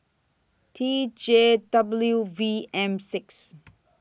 T J W V M six